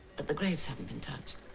but the graves haven't been touched